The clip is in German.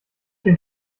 den